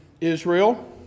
Israel